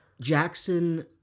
Jackson